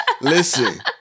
Listen